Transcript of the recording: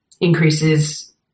increases